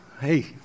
Hey